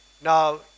Now